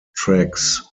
tracks